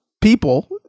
people